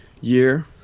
year